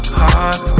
heart